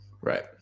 right